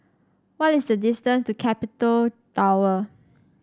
what is the distance to Capital Tower